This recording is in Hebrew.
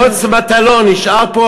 מוץ מטלון נשאר פה,